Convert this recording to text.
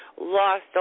lost